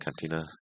Cantina